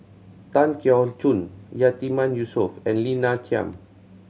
Tan Keong Choon Yatiman Yusof and Lina Chiam